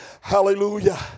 hallelujah